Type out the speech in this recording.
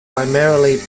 primarily